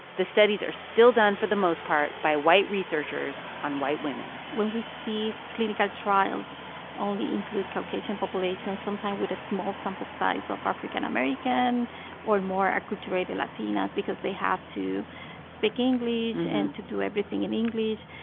the studies are still done, for the most part by white researchers on white women when we see clinical trials only include caucasian populations, sometimes with a small sample size of african-american or more acculturated latinas because they have to speak english and to do everything in english,